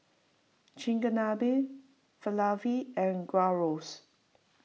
Chigenabe Falafel and Gyros